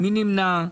מי נמנע?